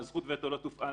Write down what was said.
זכות הווטו לא תופעל,